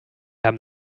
haben